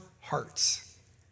hearts